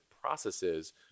processes